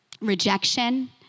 rejection